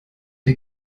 der